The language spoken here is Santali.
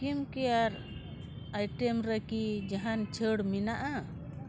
ᱥᱠᱤᱱ ᱠᱮᱭᱟᱨ ᱟᱭᱴᱮᱢ ᱨᱮᱠᱤ ᱡᱟᱦᱟᱱ ᱪᱷᱟᱹᱲ ᱢᱮᱱᱟᱜᱼᱟ